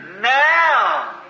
Now